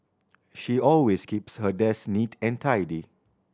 she always keeps her desk neat and tidy